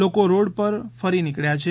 લોકો રોડ પર ફરી નીકબ્યા છે